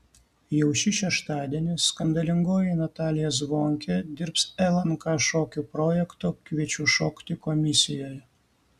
jau šį šeštadienį skandalingoji natalija zvonkė dirbs lnk šokių projekto kviečiu šokti komisijoje